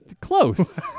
Close